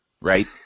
right